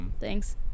thanks